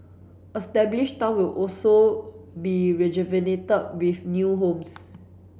established town will also be rejuvenated with new homes